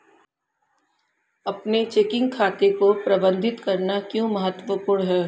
अपने चेकिंग खाते को प्रबंधित करना क्यों महत्वपूर्ण है?